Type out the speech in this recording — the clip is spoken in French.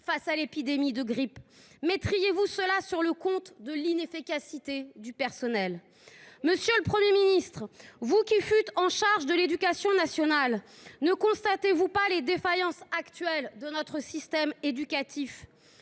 face à l’épidémie de grippe ? Sont elles imputables, selon vous, à l’inefficacité du personnel ? Monsieur le Premier ministre, vous qui fûtes ministre de l’éducation nationale, ne constatez vous pas les défaillances actuelles de notre système éducatif :